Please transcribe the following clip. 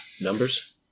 Numbers